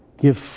Give